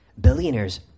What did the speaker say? Billionaires